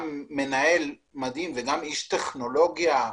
מדהים ואיש טכנולוגיה.